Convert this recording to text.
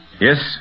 Yes